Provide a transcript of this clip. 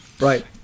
Right